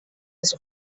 des